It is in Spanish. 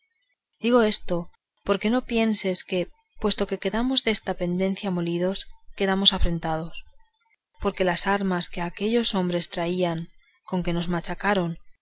digo esto porque no pienses que puesto que quedamos desta pendencia molidos quedamos afrentados porque las armas que aquellos hombres traían con que nos machacaron